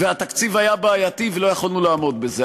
והתקציב היה בעייתי ולא יכולנו לעמוד בזה.